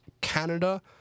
Canada